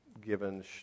given